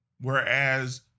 Whereas